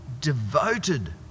devoted